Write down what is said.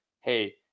hey